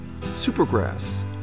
Supergrass